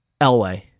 Elway